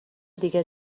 دیگه